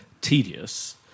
tedious